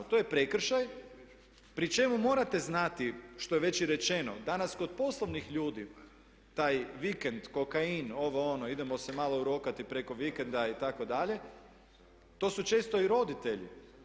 To je prekršaj pri čemu morate znati što je već i rečeno, danas kod poslovnih ljudi taj vikend, kokain, ovo ono, idemo se malo urokati preko vikenda itd., to su često i roditelji.